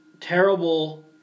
terrible